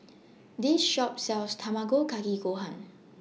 This Shop sells Tamago Kake Gohan